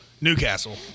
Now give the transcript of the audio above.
Newcastle